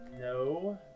No